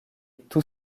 tout